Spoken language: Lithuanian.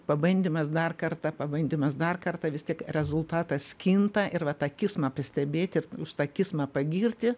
pabandymas dar kartą pabandymas dar kartą vis tiek rezultatas kinta ir va tą kismą pastebėti ir už tą kismą pagirti